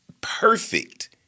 perfect